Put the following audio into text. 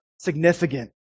significant